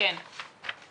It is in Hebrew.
יש